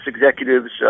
executive's